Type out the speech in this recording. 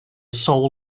soul